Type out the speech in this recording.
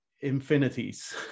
infinities